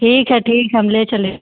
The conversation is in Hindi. ठीक है ठीक है हम ले चलेंगे